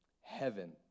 heaven